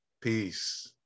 peace